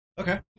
Okay